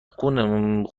خون